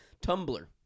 Tumblr